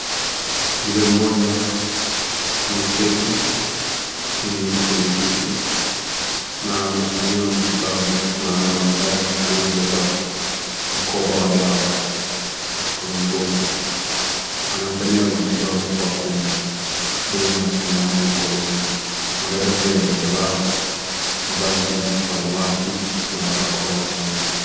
Mzee moja ameketi chini kwenye kiti na anafanyiwa matibabu na mwanadada aliyebeba mkoba wa dawa, kwenye mgongo, anamfanyia matibabu kwa kumdunga shindano mkononi, mwanadada huyu amevaa mavazi ya samawati na barakoa usoni.